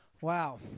Wow